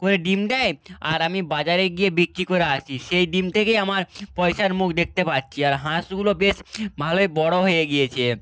করে ডিম দেয় আর আমি বাজারে গিয়ে বিক্রি করে আসি সেই ডিম থেকেই আমার পয়সার মুখ দেখতে পাচ্ছি আর হাঁসগুলো বেশ ভালোই বড় হয়ে গিয়েছে